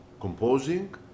composing